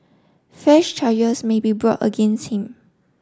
fresh charges may be brought against him